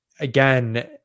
again